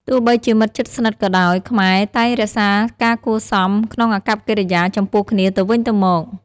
ទោះបីជាមិត្តជិតស្និទ្ធក៏ដោយ ខ្មែរតែងរក្សាការគួរសមក្នុងអាកប្បកិរិយាចំពោះគ្នាទៅវិញទៅមក។